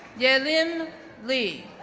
yelim lee,